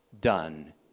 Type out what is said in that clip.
done